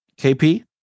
KP